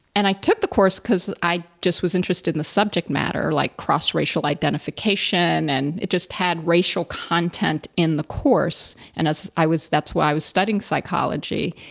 and i took the course because i just was interested in the subject matter, like cross racial identification, and it just had racial content in the course. and as i was, that's why i was studying psychology.